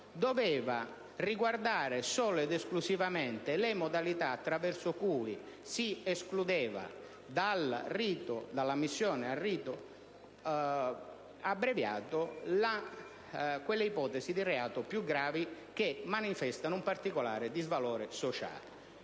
quindi riguardare solo ed esclusivamente le modalità attraverso cui si escludeva dall'ammissione al rito abbreviato le più gravi ipotesi di reato, che manifestano un particolare disvalore sociale.